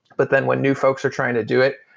but then when new folks are trying to do it,